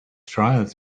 trials